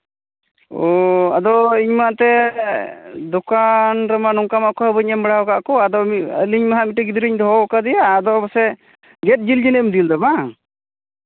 ᱳ ᱟᱫᱚ ᱤᱧᱢᱟ ᱮᱱᱛᱮᱫ ᱫᱚᱠᱟᱱ ᱨᱮᱢᱟ ᱱᱚᱝᱠᱟ ᱢᱟ ᱚᱠᱚᱭᱦᱚᱸ ᱵᱟᱹᱧ ᱮᱢ ᱵᱟᱲᱟᱣ ᱠᱟᱜ ᱠᱚ ᱟᱫᱚ ᱢᱤᱫ ᱟᱹᱞᱤᱧ ᱢᱟᱼᱦᱟᱸᱜ ᱢᱤᱫᱴᱮᱱ ᱜᱤᱫᱽᱨᱟᱹᱧ ᱫᱚᱦᱚᱣ ᱠᱟᱫᱮᱭᱟ ᱟᱫᱚ ᱯᱟᱥᱮᱡ ᱜᱮᱫ ᱡᱤᱞᱮᱢ ᱤᱫᱤ ᱞᱮᱫᱟ ᱵᱟᱝ